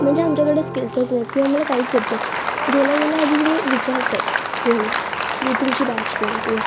म्हणजे आमच्याकडे स्किल्सच नाही आहेत किंवा आम्हाला काहीच येत नाही गेल्या गेल्या आधी तुम्ही विचारतात याना की तुमची बॅच कोणती आहे